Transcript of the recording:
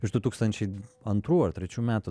iš du tūkstančiai antrų ar trečių metų